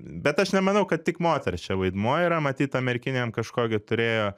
bet aš nemanau kad tik moters čia vaidmuo yra matyt ta merkinė jam kažkokį turėjo